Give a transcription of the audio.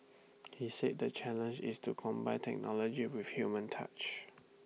he said the challenge is to combine technology with human touch